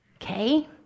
Okay